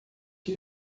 que